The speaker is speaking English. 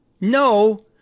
no